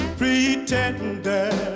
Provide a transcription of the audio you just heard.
pretender